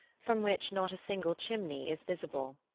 from which not a single chimney is visible.